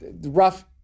rough